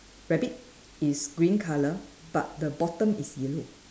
rabbit is green colour but the bottom is yellow